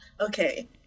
Okay